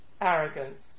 arrogance